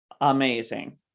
amazing